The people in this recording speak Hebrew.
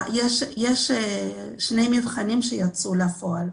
יש שני מבחנים שיצאו לפועל,